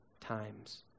times